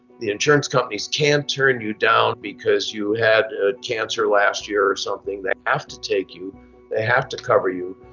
the insurance companies can't turn you down because you had cancer last year or something, they have to take you. they have to cover you.